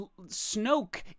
Snoke